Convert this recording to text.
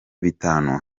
bitanu